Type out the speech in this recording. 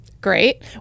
Great